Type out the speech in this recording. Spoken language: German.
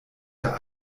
der